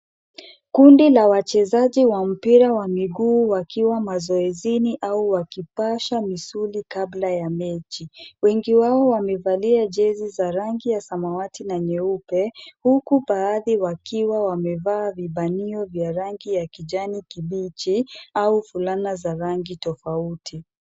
Kundi la wachezaji wa mpira wa miguu wakiwa mazoezini au wakipasha misuli kabla ya mechi. Wengi wao wamevalia jezi za rangi ya samawati na nyeupe huku baadhi wakiwa wamevaa vibanio vya rangi ya kijani kibichi au fulana za rangi tofauti.